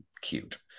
cute